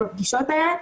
בפגישות האלה,